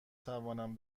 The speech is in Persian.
توانم